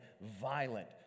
violent